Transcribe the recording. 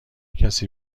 کسی